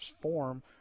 form